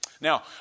Now